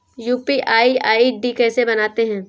UPI ID कैसे बनाते हैं?